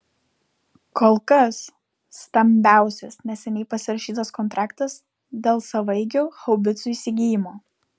kol kas stambiausias neseniai pasirašytas kontraktas dėl savaeigių haubicų įsigijimo